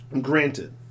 Granted